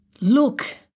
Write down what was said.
Look